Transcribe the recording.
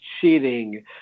cheating